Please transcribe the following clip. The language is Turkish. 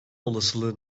olasılığı